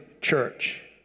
church